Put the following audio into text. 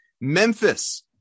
Memphis